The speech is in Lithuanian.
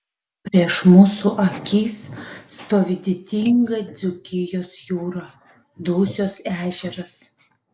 prieš mūsų akis stovi didinga dzūkijos jūra dusios ežeras